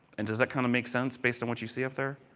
and does that kind of make sense based on what you see out there?